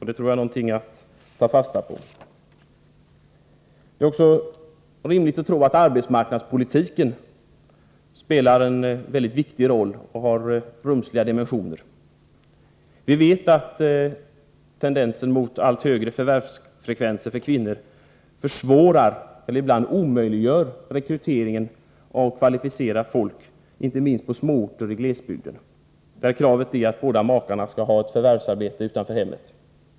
Det tror jag är värt att ta fasta på. Det är också rimligt att tro att arbetsmarknadspolitiken spelar en mycket viktig roll och har rumsliga dimensioner. Vi vet att tendensen mot allt högre förvärvsfrekvens för kvinnor försvårar, och ibland omöjliggör, rekryteringen av kvalificerat folk. Det gäller inte minst på små orter i glesbygden, där kravet är att båda makarna skall ha ett förvärvsarbete utanför hemmet.